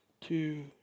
two